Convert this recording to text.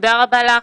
תודה רבה לך,